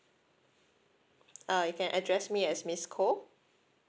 uh you can address me as miss kho